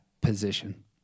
position